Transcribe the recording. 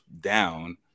down